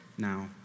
Now